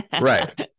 Right